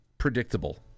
predictable